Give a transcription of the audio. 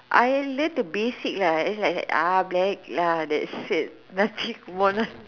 I learn the basic lah it's like ah black lah that's it nothing more